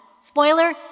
spoiler